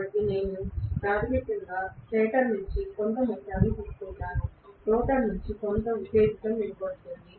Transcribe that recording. కాబట్టి నేను ప్రాథమికంగా స్టేటర్ నుండి కొంత మొత్తాన్ని తీసుకుంటాను రోటర్ నుండి కొంత ఉత్తేజితం ఇవ్వబడుతుంది